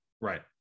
Right